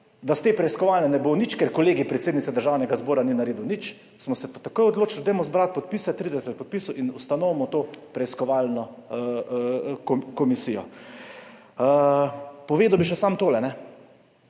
da iz te preiskovalne ne bo nič, ker Kolegij predsednice Državnega zbora ni naredil nič, smo se takoj odločili, dajmo zbrati 30 podpisov in ustanovimo to preiskovalno komisijo. Povedal bi še samo to. Prej